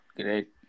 great